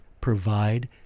provide